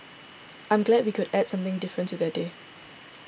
I'm glad we could add something different to their day